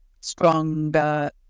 stronger